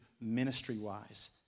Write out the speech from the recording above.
ministry-wise